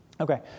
Okay